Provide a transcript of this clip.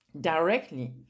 directly